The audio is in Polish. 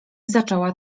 zaczęła